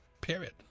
period